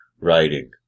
writing